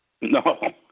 No